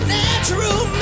natural